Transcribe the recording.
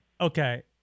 Okay